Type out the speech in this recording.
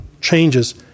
changes